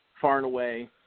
far-and-away